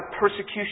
persecution